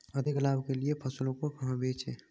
अधिक लाभ के लिए फसलों को कहाँ बेचें?